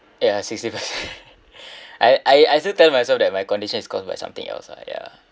ya sixty percent I I still tell myself that my condition is caused by something else ah ya